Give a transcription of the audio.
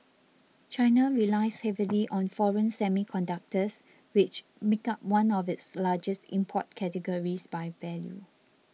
China relies heavily on foreign semiconductors which make up one of its largest import categories by value